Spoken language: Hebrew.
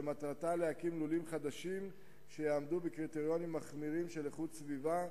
שמטרתה להקים לולים חדשים שיעמדו בקריטריונים מחמירים של איכות הסביבה,